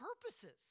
purposes